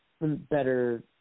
better